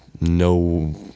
no